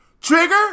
Trigger